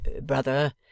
brother